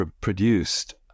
produced